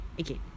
okay